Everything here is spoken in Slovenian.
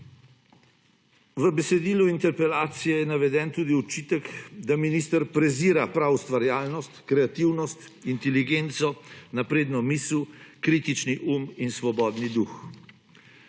V besedilu interpelacije je naveden tudi očitek, da minister prezira prav ustvarjalnost, kreativnost, inteligenco, napredno misel, kritični um in svobodni duh.